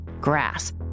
grass